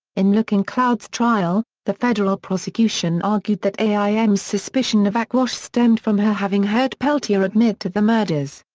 in looking cloud's trial, the federal prosecution argued that aim's suspicion of aquash stemmed from her having heard peltier admit to the murders.